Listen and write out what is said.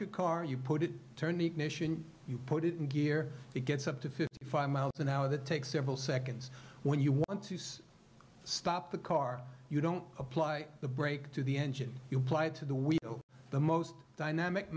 your car you put it turn the ignition you put it in gear it gets up to fifty five miles an hour that takes several seconds when you want to use stop the car you don't apply the brake to the engine you apply to the wheel the most dynamic